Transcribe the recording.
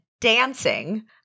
dancing